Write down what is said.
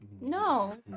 No